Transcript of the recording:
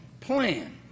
plan